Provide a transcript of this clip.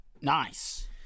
Nice